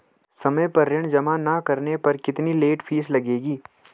समय पर ऋण जमा न करने पर कितनी लेट फीस लगेगी?